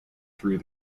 through